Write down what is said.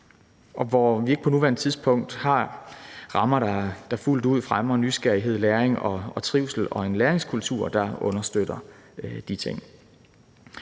og vi har ikke på nuværende tidspunkt rammer, der fuldt ud fremmer nysgerrighed, læring og trivsel, og en læringskultur, der understøtter de ting.